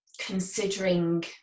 considering